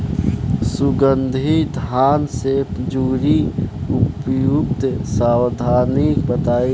सुगंधित धान से जुड़ी उपयुक्त सावधानी बताई?